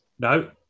No